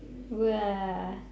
!wah!